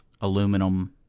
aluminum